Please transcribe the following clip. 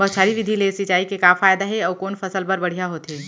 बौछारी विधि ले सिंचाई के का फायदा हे अऊ कोन फसल बर बढ़िया होथे?